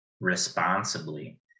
responsibly